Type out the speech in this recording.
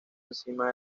encima